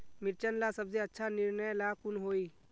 मिर्चन ला सबसे अच्छा निर्णय ला कुन होई?